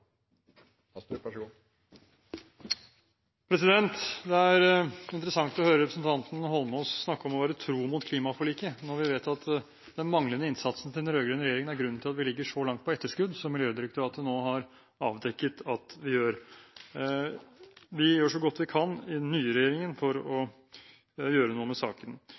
Astrup har hatt ordet to ganger tidligere og får ordet til en kort merknad, begrenset til 1 minutt. Det er interessant å høre representanten Eidsvoll Holmås snakke om å være tro mot klimaforliket, når vi vet at den manglende innsatsen til den rød-grønne regjeringen er grunnen til at vi ligger så langt på etterskudd som Miljødirektoratet nå har avdekket at vi gjør. Den nye regjeringen gjør så godt den kan for å gjøre noe